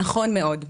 נכון מאוד.